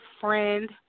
friend